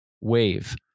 wave